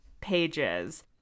pages